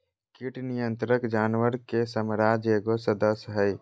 कीट नियंत्रण जानवर के साम्राज्य के एगो सदस्य हइ